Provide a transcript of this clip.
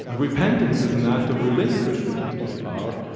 ah repentance is an act of relinquishment of power,